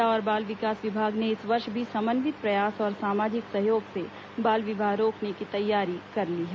महिला और बाल विकास विभाग ने इस वर्ष भी समन्वित प्रयास और सामाजिक सहयोग से बाल विवाह रोकने की तैयारी कर ली है